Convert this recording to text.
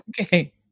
okay